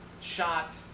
shot